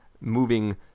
moving